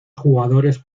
jugadores